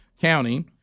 County